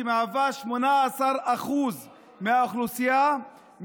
שמהווה 18% מהאוכלוסייה,